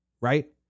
right